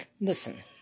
Listen